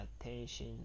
attention